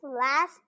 last